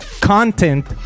content